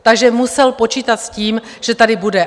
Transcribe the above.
Takže musel počítat s tím, že tady bude.